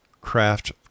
craft